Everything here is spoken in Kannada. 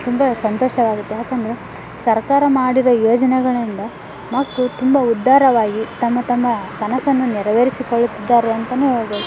ತುಂಬ ಸಂತೋಷವಾಗುತ್ತೆ ಯಾಕಂದರೆ ಸರ್ಕಾರ ಮಾಡಿರೋ ಯೋಜನೆಗಳಿಂದ ಮಕ್ಕಳು ತುಂಬ ಉದ್ಧಾರವಾಗಿ ತಮ್ಮ ತಮ್ಮ ಕನಸನ್ನು ನೆರವೇರಿಸಿಕೊಳ್ಳುತ್ತಿದ್ದಾರೆ ಅಂತನೂ ಹೇಳ್ಬೋದು